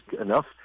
enough